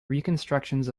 reconstructions